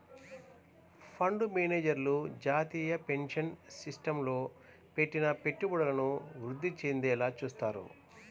fund మేనేజర్లు జాతీయ pension సిస్టమ్లో పెట్టిన పెట్టుబడులను వృద్ధి చెందేలా చూత్తారు